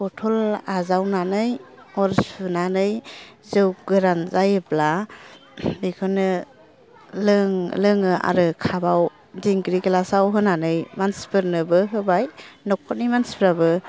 बथल आजावनानै अर सुनानै जौ गोरान जायोब्ला बेखौनो लों लोङो आरो खाबाव दिंग्रि गेलासाव होनानै मानसिफोरनोबो होबाय न'खरनि मानसिफ्राबो